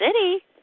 City